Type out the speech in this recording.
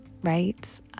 right